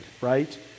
right